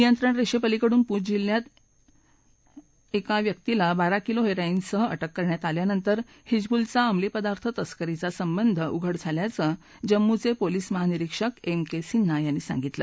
नियंत्रण रेषेपलिकडून पूंछ जिल्ह्यात एकाला बारा किलो हेरॉईनसह अटक करण्यात आल्यानंतर हिजबुलचा अमली पदार्थ तस्करीचा संबंध उघड झाल्याचे जम्मूचे पोलीस महानिरिक्षक एम के सिन्हा यांनी सांगितलं